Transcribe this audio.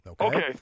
Okay